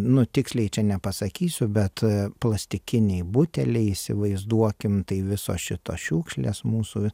nu tiksliai ia nepasakysiu bet plastikiniai buteliai įsivaizduokim visos šitos šiukšles mūsų